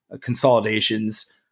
consolidations